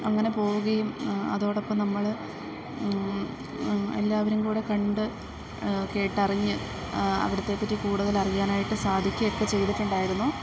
അങ്ങനെ പോവുകയും അതോടൊപ്പം നമ്മള് എല്ലാവരും കൂടെ കണ്ട് കേട്ടറിഞ്ഞ് അവിടത്തെപ്പറ്റി കൂടുതലറിയാനായിട്ടു സാധിക്കുകയൊക്കെ ചെയ്തിട്ടുണ്ടായിരുന്നു